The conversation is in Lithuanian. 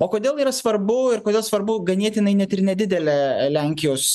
o kodėl yra svarbu ir kodėl svarbu ganėtinai net ir nedidelė lenkijos